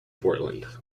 portland